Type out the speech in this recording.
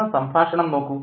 എന്ന സംഭാഷണം നോക്കൂ